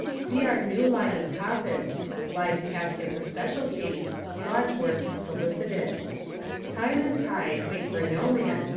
see our new line of coffins lined caskets a specialty lodge work solicited time and tide wait for no man,